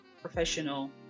professional